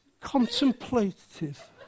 contemplative